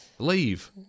Leave